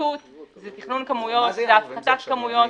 להעלות מחירים,